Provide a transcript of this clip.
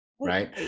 right